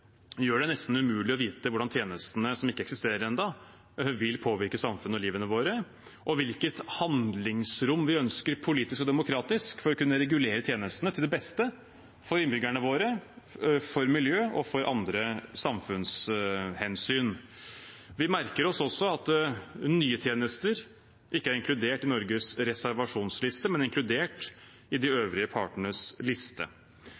gjør det nesten umulig å vite hvordan tjenester som ikke eksisterer ennå, vil påvirke samfunnet og livet vårt, og hvilket handlingsrom vi ønsker politisk og demokratisk for å kunne regulere tjenestene til det beste for innbyggerne våre, for miljøet og for andre samfunnshensyn. Vi merker oss også at nye tjenester ikke er inkludert i Norges reservasjonsliste, men inkludert i de øvrige partenes liste.